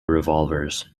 revolvers